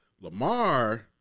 Lamar